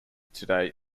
today